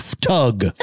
Tug